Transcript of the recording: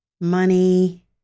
money